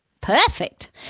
perfect